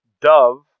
Dove